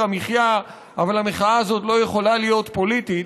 המחיה אבל המחאה הזאת לא יכולה להיות פוליטית,